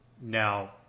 Now